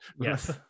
Yes